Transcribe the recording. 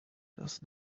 does